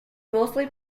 mostly